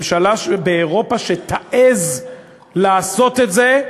ממשלה באירופה שתעז לעשות את זה,